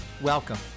Welcome